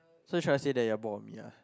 so you're trying to say you're bored of me ah